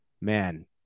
man